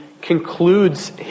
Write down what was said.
concludes